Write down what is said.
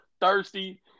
thirsty